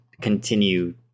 continue